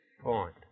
point